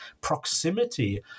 Proximity